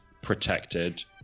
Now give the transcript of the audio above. protected